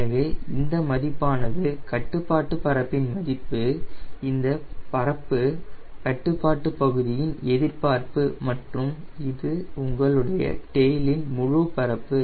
எனவே இந்த மதிப்பானது கட்டுப்பாட்டு பரப்பின் மதிப்பு இந்த பரப்பு கட்டுப்பாட்டு பகுதியின் எதிர்பார்ப்பு மற்றும் இது உங்களுடைய டெய்லின் முழு பரப்பு